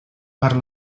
per